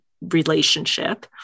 relationship